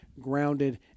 grounded